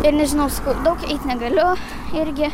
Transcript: ir nežinau sakau daug eit negaliu irgi